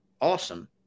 awesome